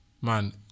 Man